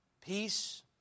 peace